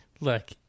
Look